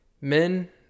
Men